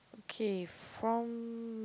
okay from